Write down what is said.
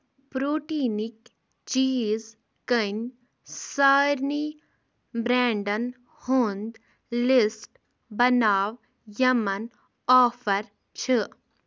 پرٛوٹیٖنٕکۍ چیٖز کٮ۪ن سارنی بریٚنڑن ہُنٛد لسٹ بناو یِمَن آفر چھِ